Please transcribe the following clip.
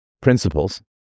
principles